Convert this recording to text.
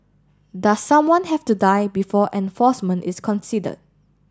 does someone have to die before enforcement is considered